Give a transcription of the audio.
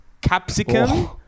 capsicum